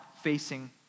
facing